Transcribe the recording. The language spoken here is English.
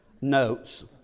notes